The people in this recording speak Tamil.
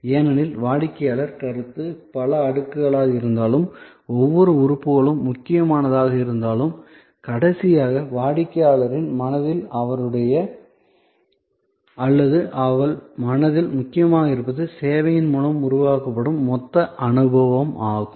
ஏனெனில் வாடிக்கையாளர் கருத்து பல அடுக்குகளாக இருந்தாலும் ஒவ்வொரு உறுப்புகளும் முக்கியமானதாக இருந்தாலும் கடைசியாக வாடிக்கையாளரின் மனதில் அவருடைய அல்லது அவள் மனதில் முக்கியமாக இருப்பது சேவையின் மூலம் உருவாக்கப்படும் மொத்த அனுபவமாகும்